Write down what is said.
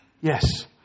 yes